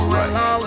right